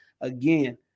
again